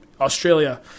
Australia